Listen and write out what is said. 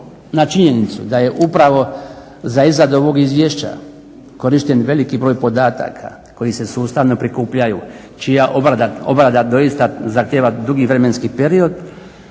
na činjenicu da je upravo za izradu ovog Izvješća korišten veliki broj podataka koji se sustavno prikupljaju, čija obrada doista zahtjeva dugi vremenski period.